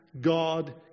God